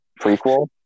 prequel